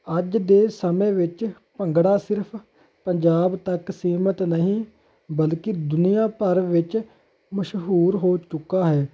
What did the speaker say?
ਅੱਜ ਦੇ ਸਮੇਂ ਵਿੱਚ ਭੰਗੜਾ ਸਿਰਫ਼ ਪੰਜਾਬ ਤੱਕ ਸੀਮਤ ਨਹੀਂ ਬਲ ਕੀ ਦੁਨੀਆਂ ਭਰ ਵਿੱਚ ਮਸ਼ਹੂਰ ਹੋ ਚੁੱਕਾ ਹੈ